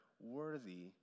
worthy